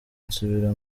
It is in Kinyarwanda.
nsubira